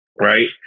Right